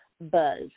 Buzz